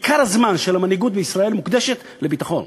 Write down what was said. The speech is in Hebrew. עיקר הזמן של המנהיגות בישראל מוקדש לביטחון.